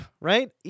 right